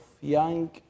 young